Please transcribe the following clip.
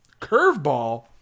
Curveball